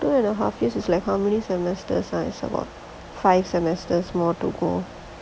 two and a half years is like how many semester is about five semesters more to go